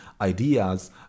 ideas